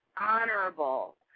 honorable